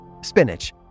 Spinach